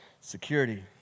security